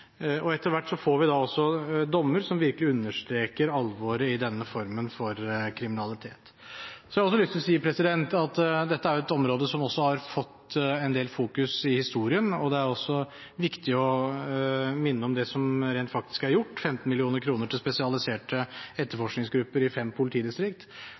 landbruksvirksomhet. Etter hvert får vi også dommer som virkelig understreker alvoret i denne formen for kriminalitet. Jeg har også lyst til å si at dette er et område som har fått en del oppmerksomhet i historien. Det er viktig å minne om det som rent faktisk er gjort: 15 mill. kr til spesialiserte etterforskningsgrupper i fem politidistrikt.